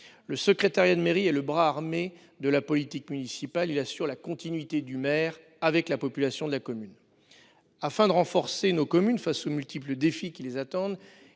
Le secrétariat de mairie est le bras armé de la politique municipale, il assure la continuité de la relation du maire avec la population de sa commune. Afin de renforcer nos communes face aux multiples défis qui les attendent,